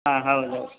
ಹಾಂ ಹೌದು